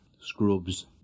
Scrubs